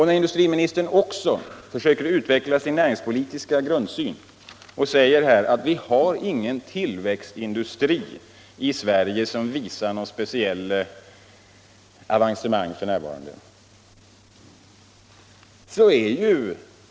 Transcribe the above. När industriministern försöker utveckla sin näringspolitiska grundsyn säger han att vi inte har någon tillväxtindustri i Sverige som f. n. visar något speciellt avancemang.